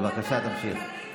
בבקשה, תמשיך.